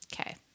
okay